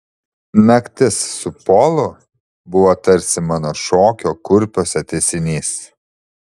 naktis su polu buvo tarsi mano šokio kurpiuose tęsinys